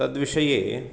तद्विषये